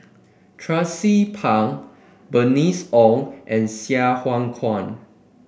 Tracie Pang Bernice Ong and Sai Hua Kuan